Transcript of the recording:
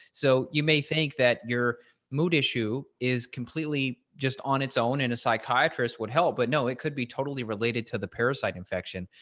so you may think that your mood issue is completely just on its its own and a psychiatrist would help but no, it could be totally related to the parasite infection.